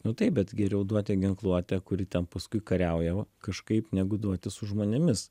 nu taip bet geriau duoti ginkluotę kuri ten paskui kariauja va kažkaip negu duoti su žmonėmis